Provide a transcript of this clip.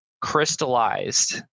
crystallized